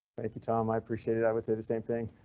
thank you tom, i appreciate it. i would say the same thing.